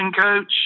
coach –